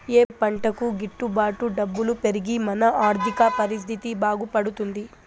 ఏ పంటకు గిట్టు బాటు డబ్బులు పెరిగి మన ఆర్థిక పరిస్థితి బాగుపడుతుంది?